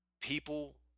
people